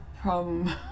problem